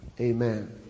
amen